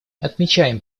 отмечаем